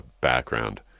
background